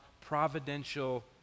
providential